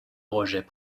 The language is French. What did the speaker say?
rejet